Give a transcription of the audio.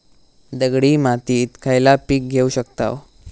दगडी मातीत खयला पीक घेव शकताव?